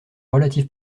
relatif